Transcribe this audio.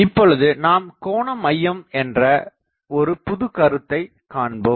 இப்பொழுது நாம் கோணமையம் என்ற ஒரு புதுக் கருத்தை காண்போம்